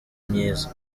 myiza